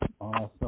awesome